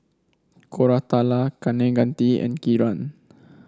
Koratala Kaneganti and Kiran